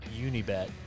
Unibet